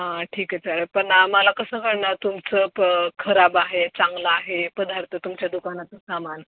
हां ठीक आहे चालेल पण आम्हाला कसं काळणार तुमचं प खराब आहे चांगलं आहे पदार्थ तुमच्या दुकानाचं सामान